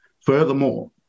Furthermore